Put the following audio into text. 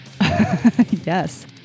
Yes